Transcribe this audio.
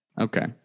Okay